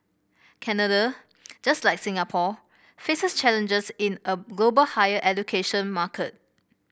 Canada just like Singapore faces challenges in a global higher education market